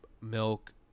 milk